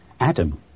Adam